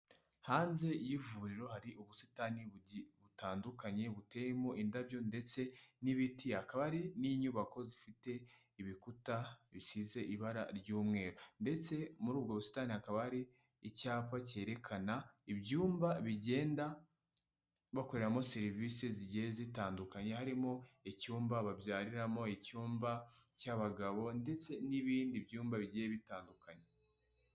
Hanze y'ivuriro hari ubusitani butandukanye buteyemo indabyo, ndetse n'ibiti akaba ari n'inyubako zifite ibikuta bisizeze ibara ry'umweru ndetse muri ubwo busitani hakaba ari icyapa cyerekana ibyumba bigenda bakoreramo serivisi zigiye zitandukanyekanya harimo: icyumba babyariramo, icyumba cy'abagabo ,ndetse n'ibindi byumba bigiye bitandukanye.